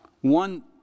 one